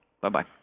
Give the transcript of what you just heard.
Bye-bye